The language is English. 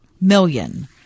million